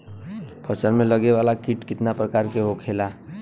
फसल में लगे वाला कीट कितने प्रकार के होखेला?